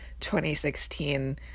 2016